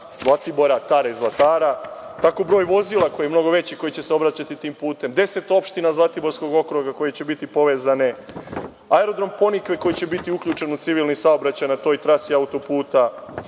Zlatibora, Tare i Zlatara, tako broj vozila koji je mnogo veći, koji će saobraćati tim putem, deset opština Zlatiborskog okruga, koji će biti povezani, Aerodrom „Ponikve“ koji će biti uključen u civilni saobraćaj na toj trasi auto-puta,